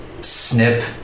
snip